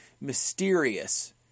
mysterious